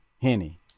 henny